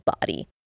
body